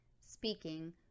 speaking